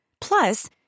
Plus